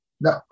no